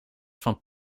van